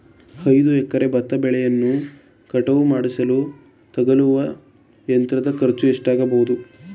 ಐದು ಎಕರೆ ಭತ್ತ ಬೆಳೆಯನ್ನು ಕಟಾವು ಮಾಡಿಸಲು ತಗಲುವ ಯಂತ್ರದ ಖರ್ಚು ಎಷ್ಟಾಗಬಹುದು?